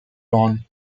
lawn